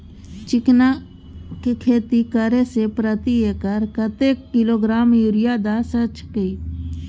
चिकना के खेती करे से प्रति एकर कतेक किलोग्राम यूरिया द सके छी?